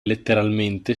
letteralmente